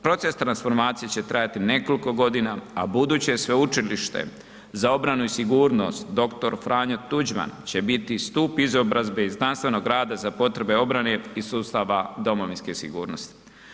Proces transformacije će trajati nekoliko godina, a buduće sveučilište za obranu i sigurnost Dr. Franjo Tuđman će biti stup izobrazbe i znanstvenog rada za potrebe obrane i sustava domovinske sigurnosti.